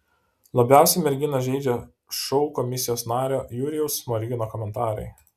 labiausiai merginą žeidžia šou komisijos nario jurijaus smorigino komentarai